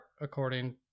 according